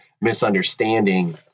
misunderstanding